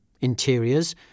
interiors